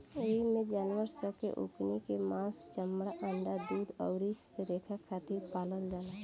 एइमे जानवर सन के ओकनी के मांस, चमड़ा, अंडा, दूध अउरी रेसा खातिर पालल जाला